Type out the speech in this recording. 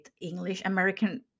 English-American